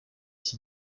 iki